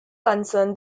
concern